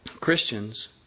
Christians